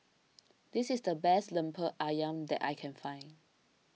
this is the best Lemper Ayam that I can find